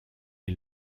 est